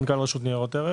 מנכ"ל רשות ניירות ערך,